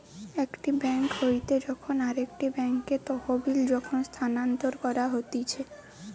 একটি বেঙ্ক হইতে যখন আরেকটি বেঙ্কে তহবিল যখন স্থানান্তর করা হতিছে